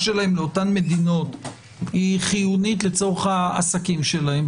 שלהם לאותן מדינות היא חיונית לצורך העסקים שלהם,